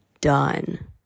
done